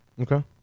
okay